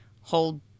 hold